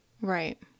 Right